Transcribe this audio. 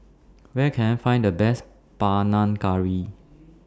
Where Can I Find The Best Panang Curry